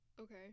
Okay